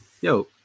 Yo